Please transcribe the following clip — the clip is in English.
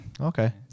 Okay